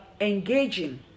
engaging